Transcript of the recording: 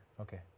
Okay